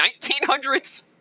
1900s